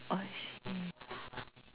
I see